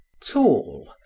tall